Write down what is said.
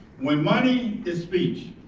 when money is speech,